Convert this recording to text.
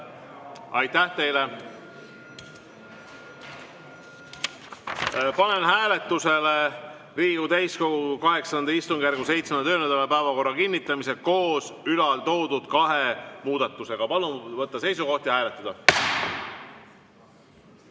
Aitäh teile! Panen hääletusele Riigikogu täiskogu VIII istungjärgu 7. töönädala päevakorra kinnitamise koos [eelnimetatud] kahe muudatusega. Palun võtta seisukoht ja hääletada!